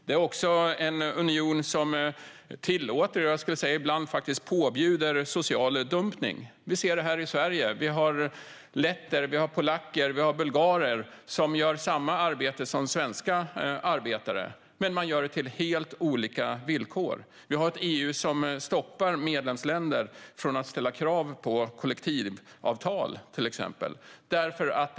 Det är också en union som tillåter och, skulle jag säga, ibland faktiskt påbjuder social dumpning. Vi ser det i Sverige. Vi har letter, polacker och bulgarer som gör samma arbete som svenska arbetare. Men man gör det under helt olika villkor. Vi har ett EU som hindrar medlemsländer från att ställa krav på till exempel kollektivavtal.